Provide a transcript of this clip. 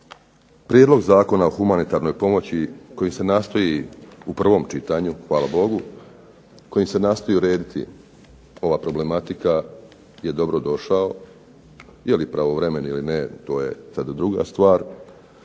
Prijedlog Zakona o humanitarnoj pomoći kojim se nastoji u prvom čitanju, hvala Bogu, kojim se nastoji urediti ova problematika je dobrodošao. Je li pravovremen ili ne to je sad druga stvar,